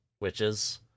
witches